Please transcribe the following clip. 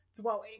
dwelling